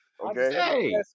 Okay